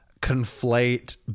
conflate